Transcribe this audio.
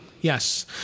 Yes